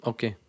Okay